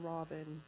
Robin